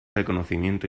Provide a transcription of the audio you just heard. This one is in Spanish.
reconocimiento